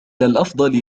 الأفضل